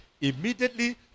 Immediately